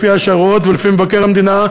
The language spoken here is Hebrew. לפי השערות ולפי מבקר המדינה,